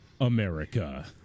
America